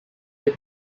your